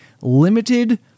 limited